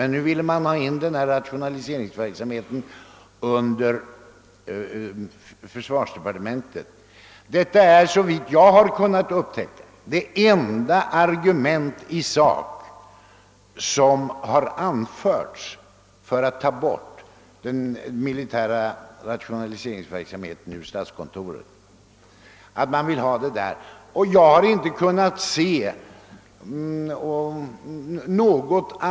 Nu ville man alltså ha in rationaliseringsverksämheten under försvarsdepartementet. : Detta är såvitt jag har kunnat upptäcka det enda argument i sak som har anförts för att ta bort den militära rationaliseringsverk” samheten ur statskontoret: Och detta är snarast principiellt ohållbart.